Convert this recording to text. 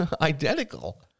identical